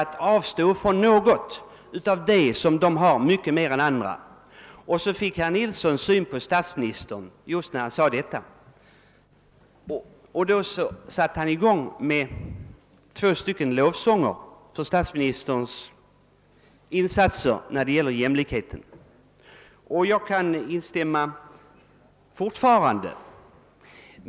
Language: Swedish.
Just som herr Nilsson talade om >»de privilegierade» — fick han syn på statsministern men stämde då upp två stycken lovsånger över statsministerns insatser när det gäller jämlikheten. Jag kan fortfarande instämma i det han sade.